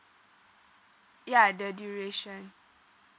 ya the duration